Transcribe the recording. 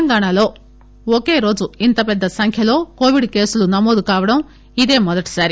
తెలంగాణలో ఒకే రోజు ఇంత పెద్ద సంఖ్వలో కోవిడ్ కేసులు నమోదు కావడం ఇదే మొదటిసారి